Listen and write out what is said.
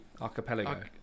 Archipelago